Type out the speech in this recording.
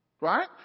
Right